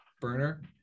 burner